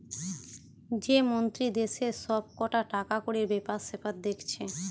যে মন্ত্রী দেশের সব কটা টাকাকড়ির বেপার সেপার দেখছে